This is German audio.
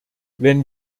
wenn